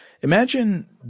Imagine